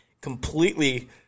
completely